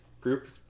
Group